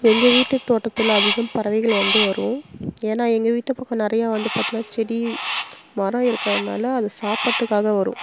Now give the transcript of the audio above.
எங்கள் வீட்டு தோட்டத்தில் அதிகம் பறவைகள் வந்து வரும் ஏனால் எங்கள் வீட்டு பக்கம் நிறையா வந்து பார்த்தின்னா செடி மரம் இருக்கிறதுனால அது சாப்பாட்டுக்காக வரும்